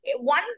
One